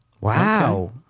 Wow